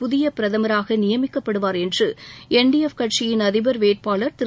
புதிய பிரதமராக நியமிக்கப்படுவார் என்று என்டிஎஃப் கட்சியின் அதிபர் வேட்பாளர் திரு